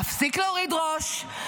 להפסיק להוריד ראש,